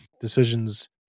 decisions